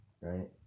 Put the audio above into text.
right